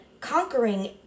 conquering